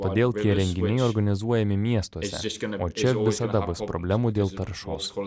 todėl tie renginiai organizuojami miestuose o čia visada bus problemų dėl taršos